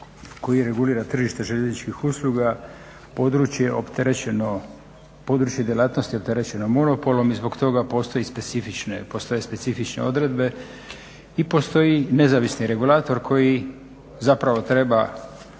koji regulira tržište željezničkih usluga, područje djelatnosti opterećeno monopolom i zbog toga postoje specifične odredbe i postoji nezavisni regulator koji treba